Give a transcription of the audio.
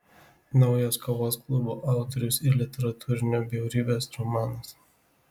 naujas kovos klubo autoriaus ir literatūrinio bjaurybės romanas